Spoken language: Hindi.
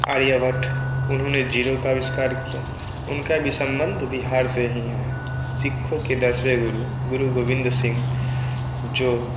आर्यभट्ट उन्होंने जीरो का आविष्कार किया उनका भी संबंध बिहार से ही है सिखों के दसवें गुरू गोबिंद सिंह जो